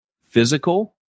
physical